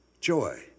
joy